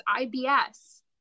IBS